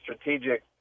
Strategic